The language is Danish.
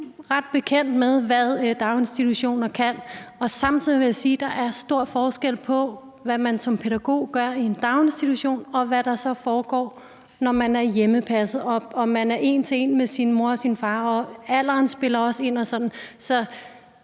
jeg er ret bekendt med, hvad daginstitutioner kan. Samtidig vil jeg sige, at der er stor forskel på, hvad man som pædagog gør i en daginstitution, og hvad der så foregår, når barnet er hjemmepasset og er en til en med sin mor og sin far. Alderen spiller også ind